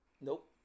Nope